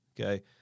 Okay